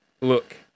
look